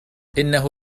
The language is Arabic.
إنه